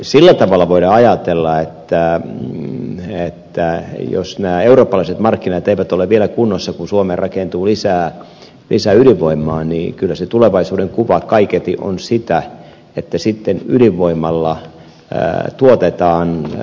sillä tavalla voidaan ajatella että jos nämä eurooppalaiset markkinat eivät ole vielä kunnossa kun suomeen rakentuu lisää ydinvoimaa niin kyllä se tulevaisuuden kuva kaiketi on sitä että sitten ydinvoimalla tuotetaan